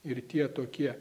ir tie tokie